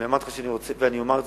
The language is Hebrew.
ואני אמרתי לך שאני רוצה ואני אומר את